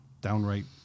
downright